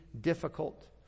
difficult